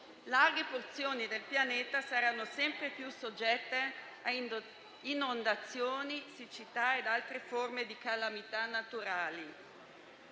larghe porzioni del pianeta saranno sempre più soggette a inondazioni, siccità e altre forme di calamità naturali.